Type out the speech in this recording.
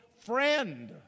friend